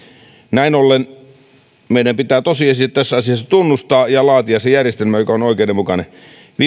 näin ollen meidän pitää tosiasiat tässä asiassa tunnustaa ja laatia se järjestelmä joka on oikeudenmukainen